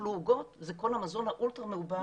תאכלו עוגות- זה כל המזון האולטרה מעובד